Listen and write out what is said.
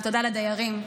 תודה לדיירים.